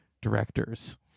directors